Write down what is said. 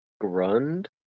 grund